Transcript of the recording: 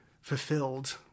fulfilled